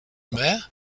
mayor